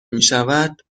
میشود